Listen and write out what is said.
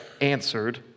answered